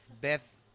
Beth